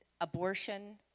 abortion